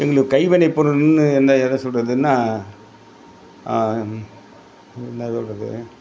எங்களுக்கு கைவினைப்பொருள்கள்னு என்ன எதைச் சொல்கிறதுன்னா என்ன சொல்கிறது